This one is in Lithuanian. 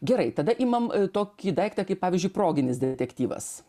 gerai tada imam tokį daiktą kaip pavyzdžiui proginis detektyvas